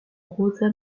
rosa